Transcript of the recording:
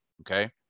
okay